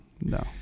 no